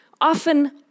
Often